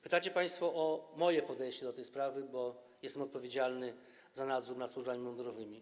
Pytacie państwo o moje podejście do tej sprawy, bo jestem odpowiedzialny za nadzór nad służbami mundurowymi.